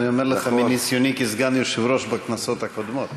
אני אומר לך מניסיוני כסגן יושב-ראש בכנסות הקודמות.